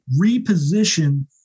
reposition